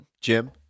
Jim